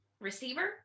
receiver